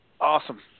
Awesome